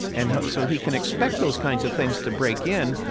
and so he can expect those kinds of things to break in,